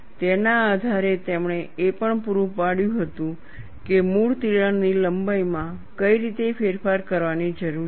તેના આધારે તેમણે એ પણ પૂરું પાડ્યું હતું કે મૂળ તિરાડની લંબાઈમાં કઈ રીતે ફેરફાર કરવાની જરૂર છે